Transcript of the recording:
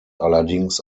allerdings